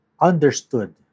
understood